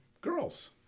girls